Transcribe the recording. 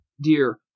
dear